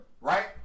Right